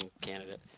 candidate